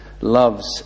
loves